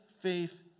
faith